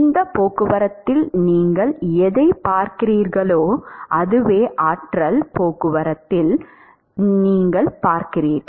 உந்தப் போக்குவரத்தில் நீங்கள் எதைப் பார்க்கிறீர்களோ அதுவே ஆற்றல் போக்குவரத்தில் நீங்கள் பார்க்கிறீர்கள்